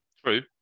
True